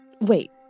Wait